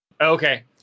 Okay